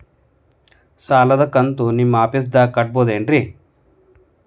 ಸಾಲದ ಕಂತು ನಿಮ್ಮ ಆಫೇಸ್ದಾಗ ಕಟ್ಟಬಹುದೇನ್ರಿ?